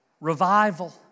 revival